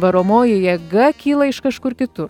varomoji jėga kyla iš kažkur kitur